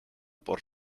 por